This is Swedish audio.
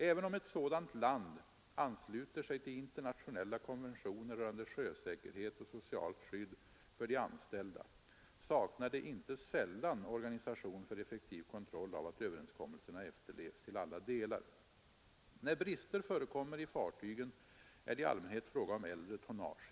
Även om ett sådant land ansluter sig till internationella konventioner rörande sjösäkerhet och socialt skydd för de anställda saknar det inte sällan organisation för effektiv kontroll av att överenskommelserna efterlevs till alla delar. När brister förekommer i fartygen är det i allmänhet fråga om äldre tonnage.